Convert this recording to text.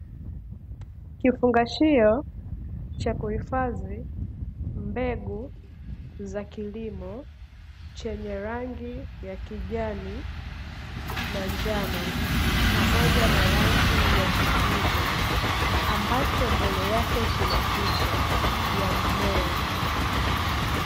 Kifungashio cha kuhifadhi mbegu za kilimo chenye rangi ya kijani na njano pamoja na rangi ya kijivu, ambacho mbele yake kina picha ya mmea.